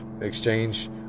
exchange